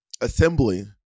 Assembly